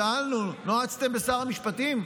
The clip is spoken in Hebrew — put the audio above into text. שאלנו: נועצתם בשר המשפטים?